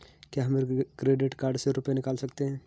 क्या हम credit card से रुपये निकाल सकते हैं?